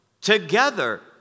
together